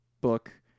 book